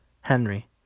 Henry